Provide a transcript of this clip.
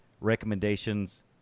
recommendations